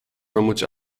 bromwich